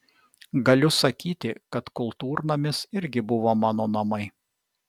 galiu sakyti kad kultūrnamis irgi buvo mano namai